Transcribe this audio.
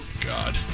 God